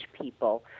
people